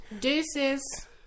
Deuces